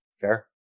Fair